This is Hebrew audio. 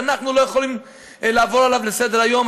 שאנחנו לא יכולים לעבור עליו לסדר-היום.